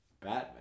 Batman